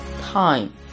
Time